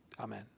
Amen